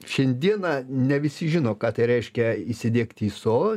šiandieną ne visi žino ką tai reiškia įsidiegti iso